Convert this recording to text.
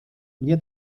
mnie